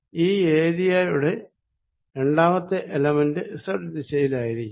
ഈ ഏരിയയുടെ രണ്ടാമത്തെ എലമെന്റ് സെഡ് ദിശയിലായിരിക്കും